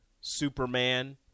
Superman